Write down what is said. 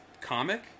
comic